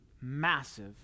massive